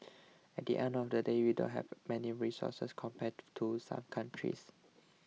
at the end of the day we don't have many resources compared to some countries